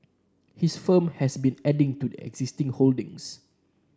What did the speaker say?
his firm has been adding to its existing holdings